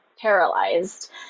paralyzed